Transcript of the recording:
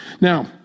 Now